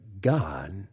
God